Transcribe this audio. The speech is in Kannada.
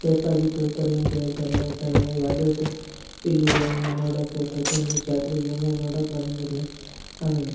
ಸೇಫಾಗಿ ತಲುಪ್ರಿ ಅಂತ ಹೇಳ್ತಾರೆ ಆಯಿತಾ ಯಾವ್ದೇ ಇಲ್ಲಿಗೆ ನೋಡೋಕೆ ಪ್ರತಿಯೊಂದು ಜಾತ್ರೆಗೆ ಏನೇನು ನೋಡಕ್ಕೆ ಬಂದಿರಲಿ ಆಮೇಲೆ